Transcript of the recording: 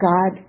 God